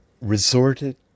resorted